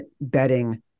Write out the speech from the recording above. betting